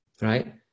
right